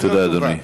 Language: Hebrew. תודה, אדוני.